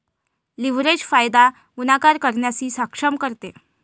leverage फायदा गुणाकार करण्यास सक्षम करते